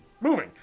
moving